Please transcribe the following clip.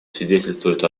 свидетельствует